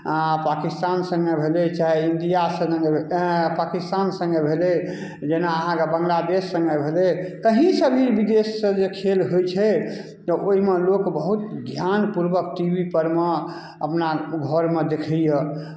पाकिस्तान सङ्गे भेलै चाहे इंडिया सङ्गे पाकिस्तान सङ्गे भेलै जेना अहाँकेँ बांग्लादेश सङ्गे भेलै कहीँसँ भी विदेशसँ जे खेल होइत छै तऽ ओहिमे लोक बहुत ध्यानपूर्वक टी वी पर मे अपना घरमे देखैए